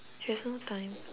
there's no time